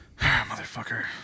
Motherfucker